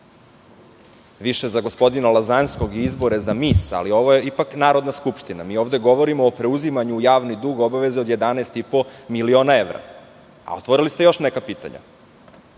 više za gospodina Lazanskog i izbore za mis, ali ovo je ipak Narodna skupština. Ovde govorimo o preuzimanju u javni dug obaveze od 11,5 miliona evra. Otvorili ste još neka pitanja.